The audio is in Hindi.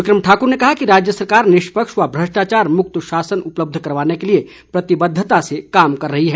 विक्रम ठाकुर ने कहा कि राज्य सरकार निष्पक्ष व भ्रष्टाचार मुक्त शासन उपलब्ध करवाने के लिए प्रतिबद्धता से कार्य कर रही है